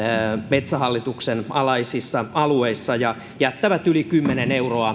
metsähallituksen alaisilla alueilla ja jokainen kävijä jättää yli kymmenen